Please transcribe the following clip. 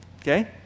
Okay